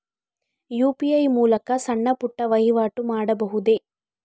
UPI ಮೂಲಕ ಸಣ್ಣ ಪುಟ್ಟ ವಹಿವಾಟು ಮಾಡಬಹುದೇ?